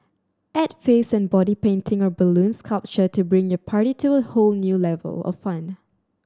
add face and body painting or balloon sculpture to bring your party to a whole new level of fun